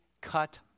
cut